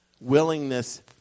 willingness